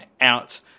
out